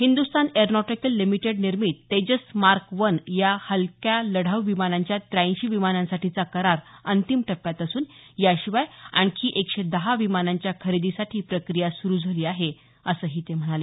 Hindustan aeronautical limited निर्मित Tejas mark one या हलक्या लढाऊ विमानांच्या त्याऐंशी विमानांसाठीचा करार अंतिम टप्प्यात असून याशिवाय आणखी एकशे दहा विमानांच्या खरेदीसाठी प्रक्रिया सुरु झाली आहे असंही ते म्हणाले